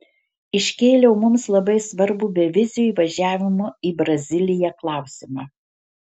iškėliau mums labai svarbų bevizio įvažiavimo į braziliją klausimą